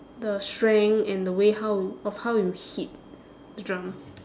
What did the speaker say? the strength and the way how of how you hit the drum